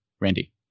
Randy